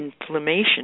inflammation